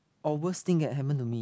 or worst thing that happened to me